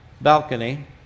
balcony